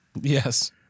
Yes